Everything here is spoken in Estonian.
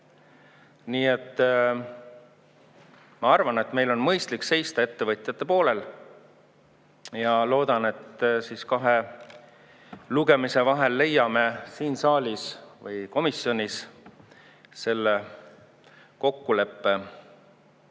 Nii et ma arvan, et meil on mõistlik seista ettevõtjate poolel ja loodan, et kahe lugemise vahel leiame siin saalis või komisjonis kokkuleppe